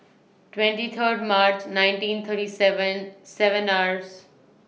twenty Third March nineteen thirty seven seven hours